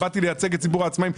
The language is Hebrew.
באתי לייצג את ציבור העצמאים.